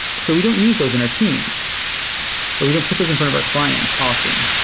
so we don't use those in our teams or we don't put those in front of our clients often,